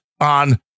on